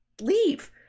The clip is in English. leave